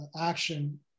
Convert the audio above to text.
action